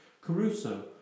Caruso